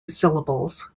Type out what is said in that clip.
syllables